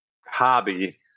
hobby